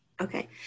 Okay